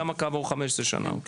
גם כעבור 15 שנה.